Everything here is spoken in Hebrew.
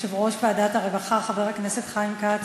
יושב-ראש ועדת הרווחה חבר הכנסת חיים כץ